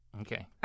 Okay